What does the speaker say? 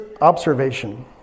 observation